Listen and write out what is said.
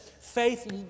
faith